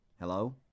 Hello